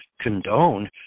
condone